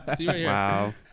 wow